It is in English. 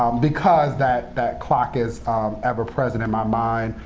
um because that that clock is ever-present in my mind,